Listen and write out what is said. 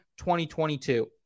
2022